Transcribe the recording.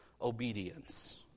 obedience